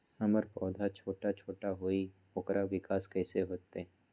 हमर पौधा छोटा छोटा होईया ओकर विकास कईसे होतई?